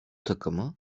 takımı